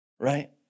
right